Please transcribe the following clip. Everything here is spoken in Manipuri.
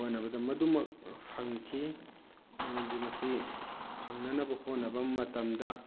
ꯍꯣꯠꯅꯕꯗ ꯃꯗꯨꯃꯛ ꯐꯪꯈꯤ ꯃꯔꯝꯗꯤ ꯃꯁꯤ ꯐꯪꯅꯅꯕ ꯍꯣꯠꯅꯕ ꯃꯇꯝꯗ